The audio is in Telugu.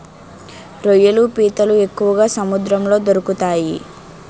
రొయ్యలు పీతలు ఎక్కువగా సముద్రంలో దొరుకుతాయి